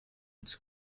als